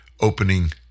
opening